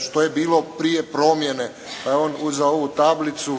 što je bilo prije promjene pa je on uzeo ovu tablicu